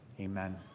Amen